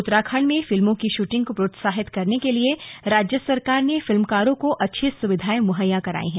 उत्तराखंड में फिल्मों की शूटिंग को प्रोत्साहित करने के लिए राज्य सरकार ने फिल्मकारों को अच्छी सुविधाएं मुहैया करायी हैं